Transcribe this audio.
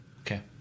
Okay